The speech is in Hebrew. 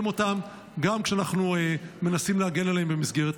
אותם גם כשאנחנו מנסים להגן עליהם במסגרת החוק.